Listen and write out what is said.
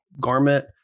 garment